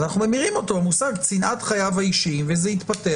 אז אנחנו ממירים אותו למושג "צנעת חייו האישיים" וזה יתפתח.